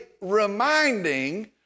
reminding